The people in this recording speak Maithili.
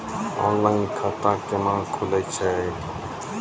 ऑनलाइन खाता केना खुलै छै?